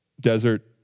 desert